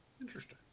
interesting